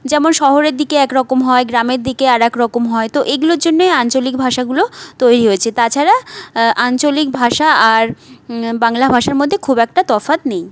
যেমন শহরের দিকে এক রকম হয় গ্রামের দিকে আর এক রকম হয় তো এগুলোর জন্যই আঞ্চলিক ভাষাগুলো তৈরি হয়েছে তাছাড়া আঞ্চলিক ভাষা আর বাংলা ভাষার মধ্যে খুব একটা তফাৎ নেই